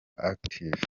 active